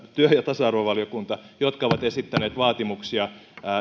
tasa arvovaliokunta jotka ovat esittäneet vaatimuksia